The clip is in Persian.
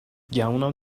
گمونم